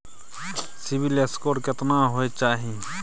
CIBIL score केतना होय चाही?